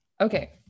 Okay